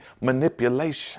manipulation